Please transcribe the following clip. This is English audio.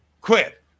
quit